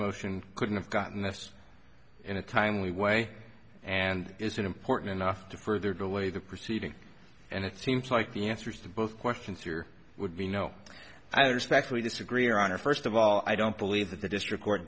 motion couldn't have gotten this in a timely way and isn't important enough to further delay the proceedings and it seems like the answers to both questions here would be no i respectfully disagree on are first of all i don't believe that the district court